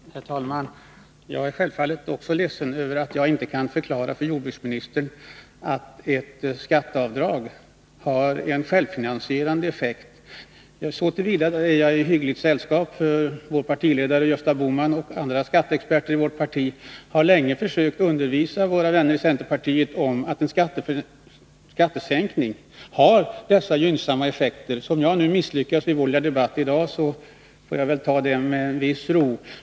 Herr talman! Jag är självfallet också ledsen över att jag inte kan förklara för jordbruksministern att ett skatteavdrag har en självfinansierande effekt. Så till vida är jag i hyggligt sällskap. Vår partiledare Gösta Bohman och andra skatteexperter i vårt parti har länge försökt undervisa våra vänner i centerpartiet om att en skattesänkning har denna gynnsamma effekt. Om jag nu misslyckades i vår lilla debatt i dag, så får jag väl ta det med en viss ro.